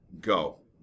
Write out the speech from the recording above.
Go